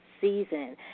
season